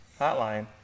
hotline